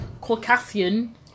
Caucasian